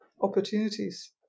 opportunities